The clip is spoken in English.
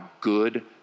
good